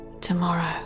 tomorrow